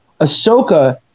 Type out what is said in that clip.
Ahsoka